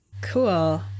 Cool